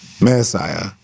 Messiah